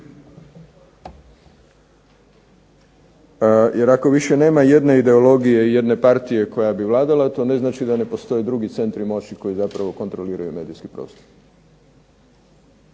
Jer ako više nema jedne ideologije i jedne partije koja bi vladala to ne znači da ne postoje drugi centri moći koji zapravo kontroliraju medijski prostor